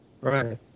Right